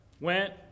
went